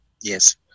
Yes